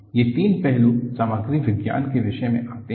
ये तीन पहलू सामग्री विज्ञान के विषय में आते हैं